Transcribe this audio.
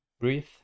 breathe